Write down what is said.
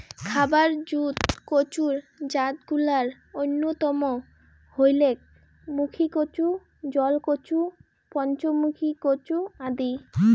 খাবার জুত কচুর জাতগুলার অইন্যতম হইলেক মুখীকচু, জলকচু, পঞ্চমুখী কচু আদি